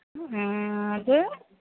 അത്